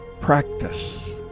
practice